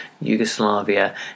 Yugoslavia